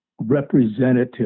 representative